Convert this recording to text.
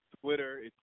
Twitter